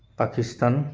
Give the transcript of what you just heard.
Pakistan